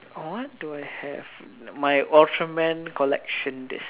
uh what do I have my ultraman collection disks